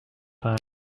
time